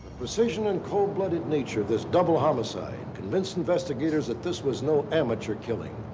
precision and cold blooded nature of this double homicide convinced investigators that this was no amateur killing.